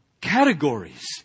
categories